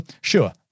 sure